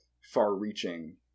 far-reaching